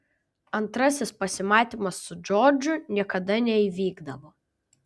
antrasis pasimatymas su džordžu niekada neįvykdavo